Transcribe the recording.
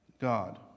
God